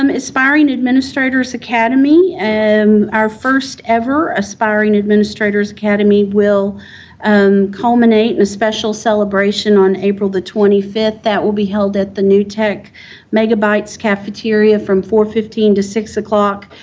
um aspiring administrators academy, and our first-ever aspiring administrators academy will um culminate in a special celebration on april the twenty fifth. that will be held at the new tech megabytes cafeteria from four fifteen to six o'clock.